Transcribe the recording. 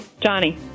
Johnny